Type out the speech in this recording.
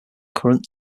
current